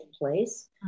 place